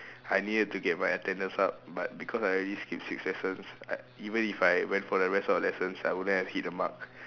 I needed to get my attendance up but because I already skip six lessons I even if I went for the rest of the lessons I wouldn't have hit the mark